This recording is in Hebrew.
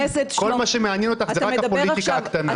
כל מה שמעניין אותך זה רק הפוליטיקה הקטנה.